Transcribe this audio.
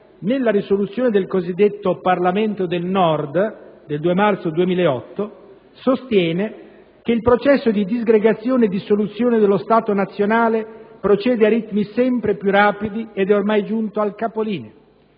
nella risoluzione del cosiddetto Parlamento del Nord del 2 marzo 2008, sostiene «che il processo di disgregazione e dissoluzione dello Stato nazionale (...) procede a ritmi sempre più rapidi ed è ormai giunto al capolinea»;